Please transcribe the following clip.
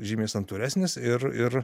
žymiai santūresnis ir ir